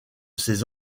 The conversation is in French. ces